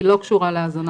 היא לא נוגעת להאזנות סתר.